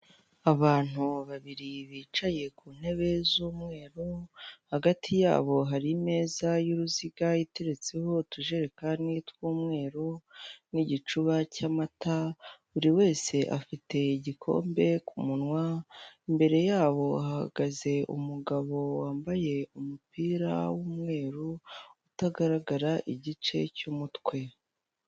Abantu babiri bicaye ku ntebe z'umweru hagati yabo hari imeza y'uruziga iteretseho utujerekani tw'umweru nigicuba cy'amata buri wese afite igikombe ku munwa imbere yabo hahagaze umugabo wambaye umupira w'umweru utagaragara igice cyumutwe.